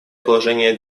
положение